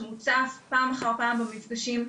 שמוצף פעם אחר פעם במפגשים.